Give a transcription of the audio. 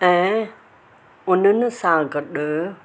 ऐं उन्हनि सां गॾु